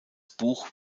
buch